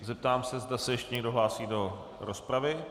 Zeptám se, zda se ještě někdo hlásí do rozpravy.